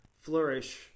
flourish